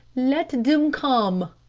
let dem come!